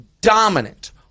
dominant